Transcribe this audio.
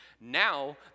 Now